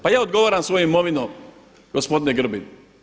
Pa ja odgovaram svojom imovinom gospodine Grbin.